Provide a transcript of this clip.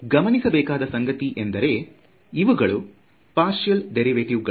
ಗಮನಿಸಬೇಕಾದ ಸಂಗತಿ ಎಂದರೆ ಇವುಗಳು ಪ್ಪರ್ಶಿಯಲ್ ಡೇರಿವೆಟಿವ್ ಗಳು